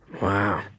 Wow